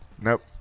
Nope